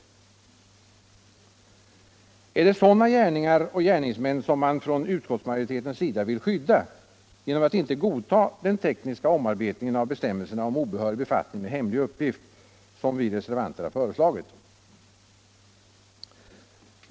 Är det sådana gärningar och gärningsmän som man från utskottsmajoritetens sida vill skydda genom att inte godta den tekniska omarbetningen av bestämmelserna om obehörig befattning med hemlig uppgift, som reservanterna föreslagit?